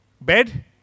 bed